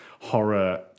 horror